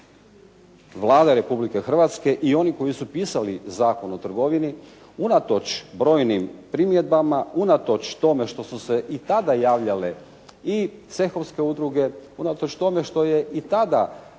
Vlada Republike Hrvatske i oni koji su pisali Zakon o trgovini unatoč brojnim primjedbama, unatoč tome što su se i tada javljale i cehovske udruge, unatoč tome što je i tada